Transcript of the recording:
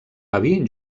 avi